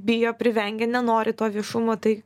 bijo privengia nenori to viešumo tai